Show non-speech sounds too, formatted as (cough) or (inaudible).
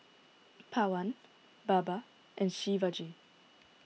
(noise) Pawan Baba and Shivaji